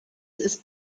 ist